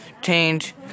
change